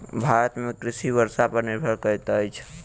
भारत में कृषि वर्षा पर निर्भर करैत अछि